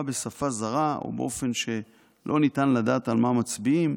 בשפה זרה ובאופן שלא ניתן לדעת לא ניתן לדעת על מה מצביעים,